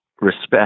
respect